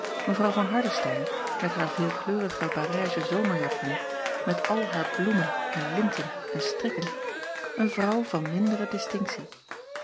w van ardestein met haar veelkleurige barège zomerjapon